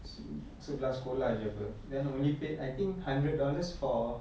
sebelah sekolah sahaja apa then only paid I think hundred dollars for